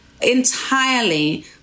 entirely